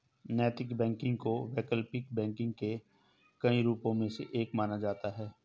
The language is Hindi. नैतिक बैंकिंग को वैकल्पिक बैंकिंग के कई रूपों में से एक माना जाता है